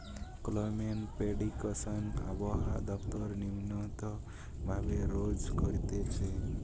climate prediction আবহাওয়া দপ্তর নিয়মিত ভাবে রোজ করতিছে